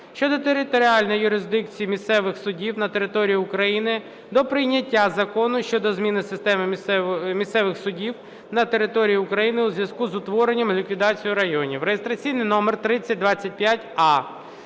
щодо територіальної юрисдикції місцевих судів на території України до прийняття закону щодо зміни системи місцевих судів на території України у зв'язку із утворенням (ліквідацією) районів (реєстраційний номер 3025а).